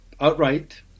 outright